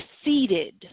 defeated